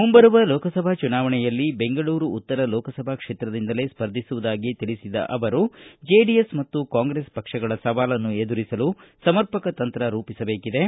ಮುಂಬರುವ ಲೋಕಸಭಾ ಚುನಾವಣೆಯಲ್ಲಿ ಬೆಂಗಳೂರು ಉತ್ತರ ಲೋಕಸಭಾ ಕ್ಷೇತ್ರದಿಂದಲೇ ಸ್ಪರ್ಧಿಸುವುದಾಗಿ ತಿಳಿಬದ ಅವರು ಜೆಡಿಎಸ್ ಮತ್ತು ಕಾಂಗ್ರೆಸ್ ಪಕ್ಷಗಳ ಸವಾಲನ್ನು ಎದುರಿಸಲು ಸಮರ್ಪಕ ತಂತ್ರ ರೂಪಿಸಬೇಕು